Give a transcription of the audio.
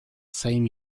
same